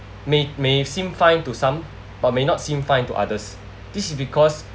may may seem fine to some but may not seem fine to others this is because